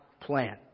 plan